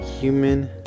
human